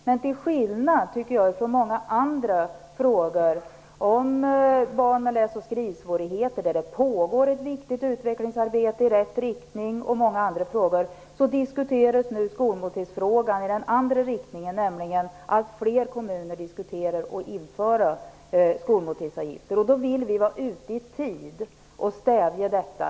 Men till skillnad från många andra frågor, t.ex. om barn med läs och skrivsvårigheter, där det pågår ett viktigt utvecklingsarbete i rätt riktning, diskuteras nu skolmåltidsfrågan i den andra riktningen, nämligen att fler kommuner funderar på att införa skolmåltidsavgifter. Därför vill vi vara ute i tid för att stävja detta.